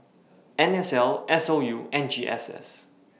NSL SOU and GSS